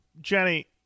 Jenny